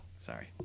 Sorry